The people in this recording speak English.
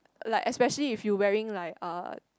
like especially if you wearing like uh